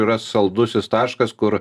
yra saldusis taškas kur